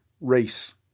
race